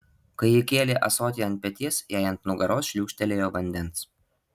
kai ji kėlė ąsotį ant peties jai ant nugaros šliūkštelėjo vandens